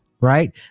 right